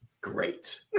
Great